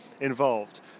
involved